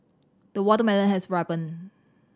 the watermelon has ripened